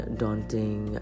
daunting